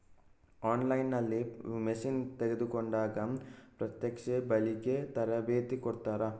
On line ನಲ್ಲಿ machine ತೆಕೋಂಡಾಗ ಪ್ರತ್ಯಕ್ಷತೆ, ಬಳಿಕೆ, ತರಬೇತಿ ಕೊಡ್ತಾರ?